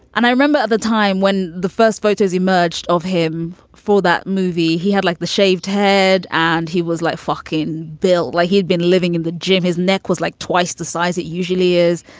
and i remember at the time when the first photos emerged of him for that movie, he had like the shaved head and he was like, fucking bill, like he'd been living in the gym. his neck was like twice the size it usually is.